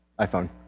iPhone